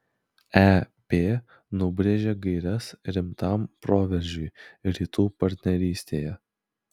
ep nubrėžė gaires rimtam proveržiui rytų partnerystėje